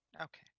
okay